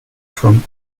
from